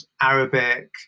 Arabic